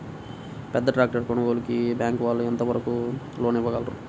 పెద్ద ట్రాక్టర్ కొనుగోలుకి బ్యాంకు వాళ్ళు ఎంత వరకు లోన్ ఇవ్వగలరు?